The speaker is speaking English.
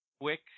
quick